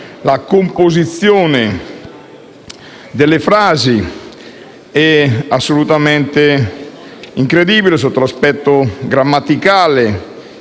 la composizione delle frasi sono assolutamente incredibili sotto l'aspetto grammaticale,